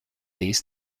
this